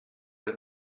del